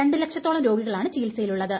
രണ്ടു ലക്ഷത്തോളം രോഗികളാണ് ചികിൽസയുള്ളത്